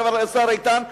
חבר הכנסת איתן,